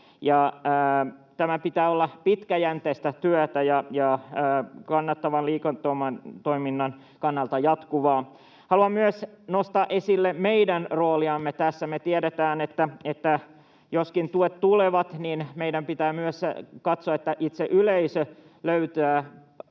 tämän pitää olla pitkäjänteistä työtä ja kannattavan liiketoiminnan kannalta jatkuvaa. Haluan myös nostaa esille meidän rooliamme tässä. Me tiedetään, että joskin tuet tulevat, niin meidän pitää myös katsoa, että itse yleisö löytää